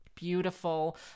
beautiful